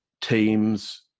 teams